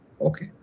okay